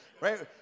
right